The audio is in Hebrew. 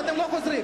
ואתם לא חוזרים.